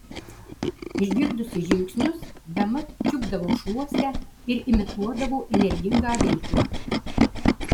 išgirdusi žingsnius bemat čiupdavau šluostę ir imituodavau energingą veiklą